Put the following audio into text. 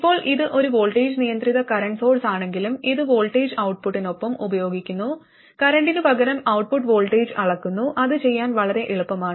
ഇപ്പോൾ ഇത് ഒരു വോൾട്ടേജ് നിയന്ത്രിത കറന്റ് സോഴ്സാണെങ്കിലും ഇത് വോൾട്ടേജ് ഔട്ട്പുട്ടിനൊപ്പം ഉപയോഗിക്കുന്നു കറന്റിനു പകരം ഔട്ട്പുട്ട് വോൾട്ടേജ് അളക്കുന്നു അത് ചെയ്യാൻ വളരെ എളുപ്പമാണ്